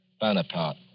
Bonaparte